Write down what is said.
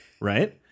right